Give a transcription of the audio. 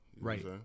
right